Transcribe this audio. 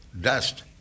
dust